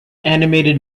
animated